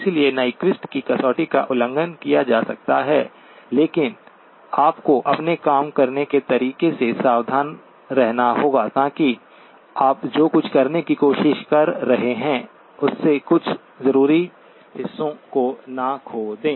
इसलिए नीक्वीस्ट की कसौटी का उल्लंघन किया जा सकता है लेकिन आपको अपने काम करने के तरीके से सावधान रहना होगा ताकि आप जो कुछ करने की कोशिश कर रहे हैं उसके कुछ जरूरी हिस्सों को न खो दें